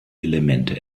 elemente